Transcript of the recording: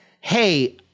hey